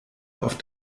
auf